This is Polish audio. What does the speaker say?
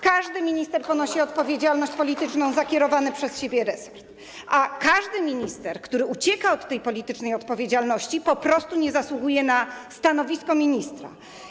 Każdy minister ponosi odpowiedzialność polityczną za kierowany przez siebie resort, a każdy minister, który ucieka od tej politycznej odpowiedzialności, po prostu nie zasługuje na stanowisko ministra.